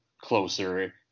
closer